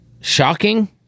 Shocking